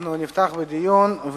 אנחנו נפתח בדיון.